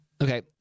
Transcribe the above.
Okay